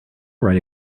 write